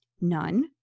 none